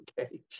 okay